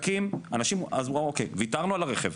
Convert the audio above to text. אז אנשים ויתרו על הרכב,